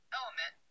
element